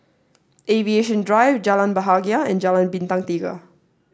Aviation Drive Jalan Bahagia and Jalan Bintang Tiga